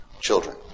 children